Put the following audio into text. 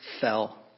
fell